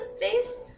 face